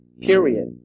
period